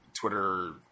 Twitter